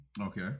okay